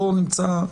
בואו נמצא,